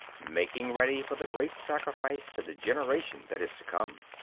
making ready for the great sacrifice to the generation that is to come.